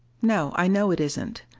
no, i know it isn't.